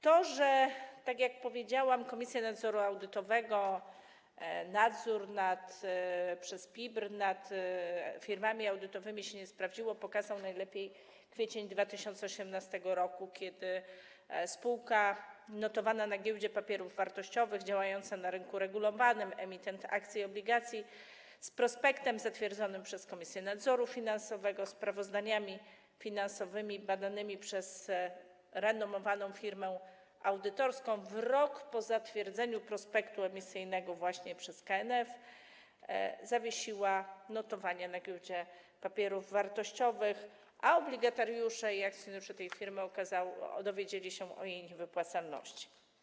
To że, tak jak powiedziałam, Komisja Nadzoru Audytowego i sprawowanie przez PIP nadzoru nad firmami audytowymi się nie sprawdziły, pokazały najlepiej wydarzenia z kwietnia 2018 r., kiedy spółka notowana na Giełdzie Papierów Wartościowych, działająca na rynku regulowanym, emitent akcji i obligacji, z prospektem zatwierdzonym przez Komisję Nadzoru Finansowego, sprawozdaniami finansowymi badanymi przez renomowaną firmę audytorską, w rok po zatwierdzeniu prospektu emisyjnego właśnie przez KNF zawiesiła notowania na Giełdzie Papierów Wartościowych, a obligatariusze i akcjonariusze tej firmy dowiedzieli się o jej niewypłacalności.